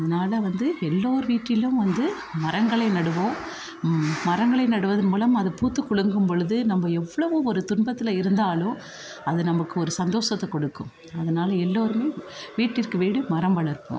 அதனால் வந்து எல்லோர் வீட்டிலும் வந்து மரங்களை நடுவோம் மரங்களை நடுவதன் மூலம் அது பூத்துக்குலுங்கும்பொழுது நம்மப எவ்வளவு ஒரு துன்பத்தில் இருந்தாலும் அது நமக்கு ஒரு சந்தோஷத்த கொடுக்கும் அதனால எல்லோரும் வீட்டிற்கு வீடு மரம் வளர்ப்போம்